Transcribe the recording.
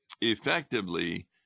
effectively